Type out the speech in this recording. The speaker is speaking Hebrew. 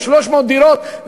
300 דירות,